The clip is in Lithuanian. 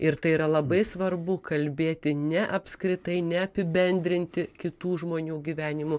ir tai yra labai svarbu kalbėti ne apskritai neapibendrinti kitų žmonių gyvenimų